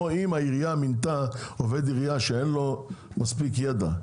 או אם העירייה מינתה עובד עירייה שאין לו מספיק ידע,